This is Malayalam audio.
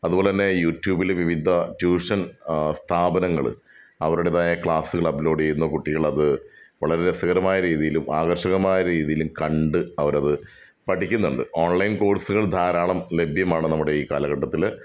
അതുപോലന്നെ യുട്യൂബിൽ വിവിധ ട്യൂഷൻ സ്ഥാപനങ്ങൾ അവരുടേതായ ക്ലാസുകൾ അപ്ലോഡ് ചെയ്യുന്നു കുട്ടികൾ അത് വളരെ രസകരമായ രീതിയിലും ആകർഷകമായ രീതിയിലും കണ്ട് അവരത് പഠിക്കുന്നുണ്ട് ഓൺലൈൻ കോഴ്സുകൾ ധാരാളം ലഭ്യമാണ് നമ്മുടെ ഈ കാലഘട്ടത്തിൽ